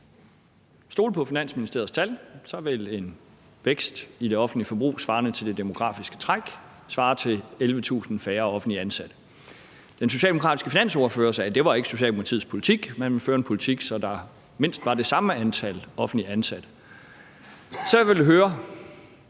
stole på Finansministeriets tal, vil en vækst i det offentlige forbrug svarende til det demografiske træk svare til 11.000 færre offentligt ansatte. Den socialdemokratiske finansordfører sagde, at det ikke var Socialdemokratiets politik, for man ville føre en politik, så der mindst var det samme antal offentligt ansatte. Så jeg ville høre,